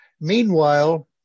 Meanwhile